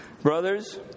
Brothers